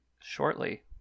shortly